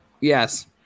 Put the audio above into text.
Yes